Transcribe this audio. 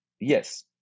Yes